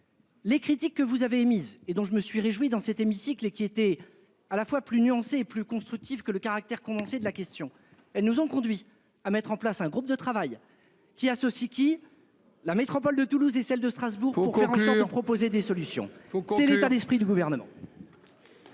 Les critiques que vous avez mise et dont je me suis réjoui dans cet hémicycle et qui était à la fois plus nuancé plus constructive que le caractère commencer de la question. Elles nous ont conduit à mettre en place un groupe de travail qui associe qui. La métropole de Toulouse et celle de Strasbourg au cours proposer des solutions. Faut que c'est l'état d'esprit du gouvernement.